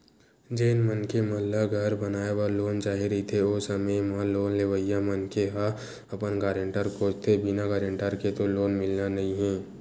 जेन मनखे मन ल घर बनाए बर लोन चाही रहिथे ओ समे म लोन लेवइया मनखे ह अपन गारेंटर खोजथें बिना गारेंटर के तो लोन मिलना नइ हे